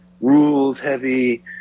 rules-heavy –